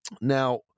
Now